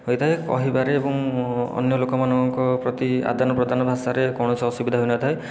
ହୋଇଥାଏ କହିବାରେ ଏବଂ ଅନ୍ୟ ଲୋକମାନଙ୍କ ପ୍ରତି ଆଦାନ ପ୍ରଦାନ ଭାଷାରେ କୌଣସି ଅସୁବିଧା ହୋଇନଥାଏ